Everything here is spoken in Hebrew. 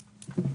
קורה.